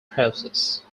process